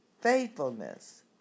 faithfulness